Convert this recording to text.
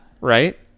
right